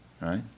right